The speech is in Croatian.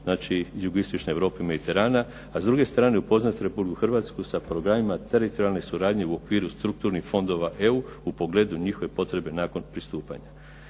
znači Jugoistočne Europe i Mediteran a s druge strane upoznati Republiku Hrvatsku sa programima teritorijalne suradnje u okviru strukturnih fondova EU u pogledu njihove potrebe nakon pristupanja.